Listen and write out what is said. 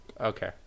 okay